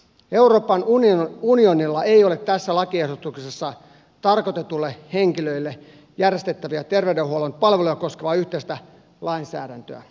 euroopan unionilla ei ole tässä lakiesityksessä tarkoitetuille henkilöille järjestettäviä terveydenhuollon palveluja koskevaa yhteistä lainsäädäntöä